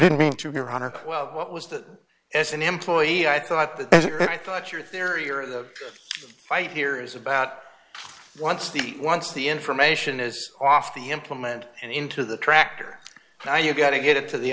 didn't mean to your honor well what was that as an employee i thought that i thought your theory or the fight here is about once the once the information is off the implement and into the tractor now you've got to get it to the